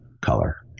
color